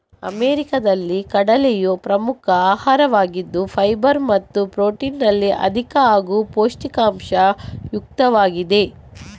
ಅಮೆರಿಕಾದಲ್ಲಿ ಕಡಲೆಯು ಪ್ರಮುಖ ಆಹಾರವಾಗಿದ್ದು ಫೈಬರ್ ಮತ್ತು ಪ್ರೊಟೀನಿನಲ್ಲಿ ಅಧಿಕ ಹಾಗೂ ಪೋಷಕಾಂಶ ಯುಕ್ತವಾಗಿದೆ